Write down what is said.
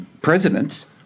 presidents